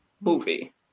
movie